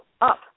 up